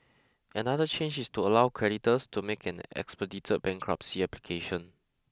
another change is to allow creditors to make an expedited bankruptcy application